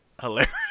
hilarious